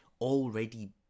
already